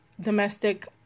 domestic